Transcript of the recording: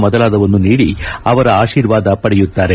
ಮೊದಲಾದವನ್ನು ನೀಡಿ ಅವರ ಆಶೀರ್ವಾದ ಪಡೆಯುತ್ತಾರೆ